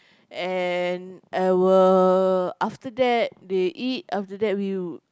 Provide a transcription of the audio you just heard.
and I will after that they eat after that we